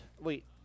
Wait